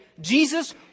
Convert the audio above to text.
Jesus